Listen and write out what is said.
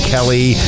Kelly